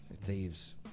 Thieves